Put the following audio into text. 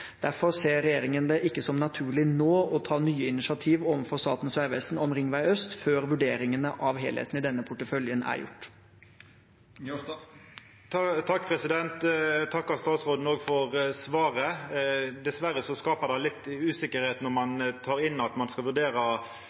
Derfor ser regjeringen det ikke som naturlig nå å ta nye initiativ overfor Statens vegvesen om Ringvei øst før vurderingene av helheten i denne porteføljen er gjort. Eg takkar statsråden for svaret. Dessverre skapar det litt usikkerheit når ein tek inn at ein skal